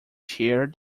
chair